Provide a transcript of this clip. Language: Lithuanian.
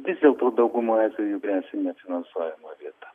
vis dėlto daugumoje atveju gresia nefinansuojama vieta